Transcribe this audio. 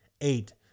Eight